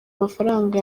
mafaranga